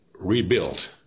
rebuilt